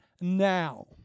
now